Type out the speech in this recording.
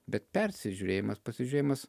bet persižiūrėjimas pasiužėjimas